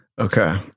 Okay